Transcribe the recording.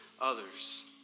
others